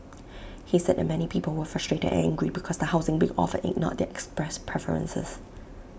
he said that many people were frustrated and angry because the housing being offered ignored their expressed preferences